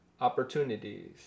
opportunities